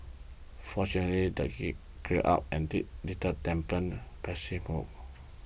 fortunately that he clear up and did little dampen